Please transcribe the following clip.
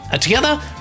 Together